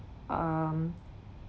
um